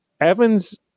Evans